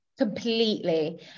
completely